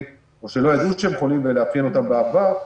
או שלא ידעו שהם חולים ולאפיין אותם מהעבר,